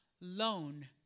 loan